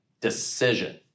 decision